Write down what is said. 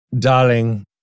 Darling